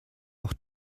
auch